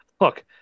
Look